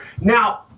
Now